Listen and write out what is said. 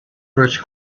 first